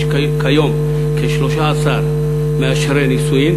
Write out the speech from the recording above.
יש כיום כ-13 מאשרי נישואין,